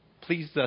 Please